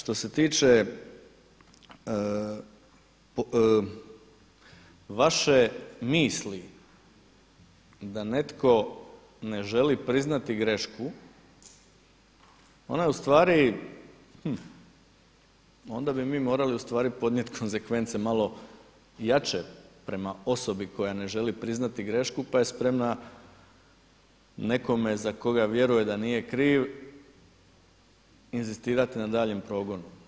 Što se tiče vaše misli da netko ne želi priznati grešku ona je u stvari, onda bi mi morali u stvari podnijeti konzekvence malo jače prema osobi koja ne želi priznati grešku pa je spremna nekome za koga vjeruje da nije kriv inzistirati na daljem progonu.